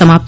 समाप्त